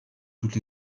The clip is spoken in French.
toutes